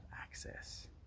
access